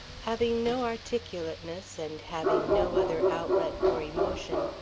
having no articulateness and having no other outlet for emotion,